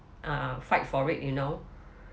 uh fight for it you know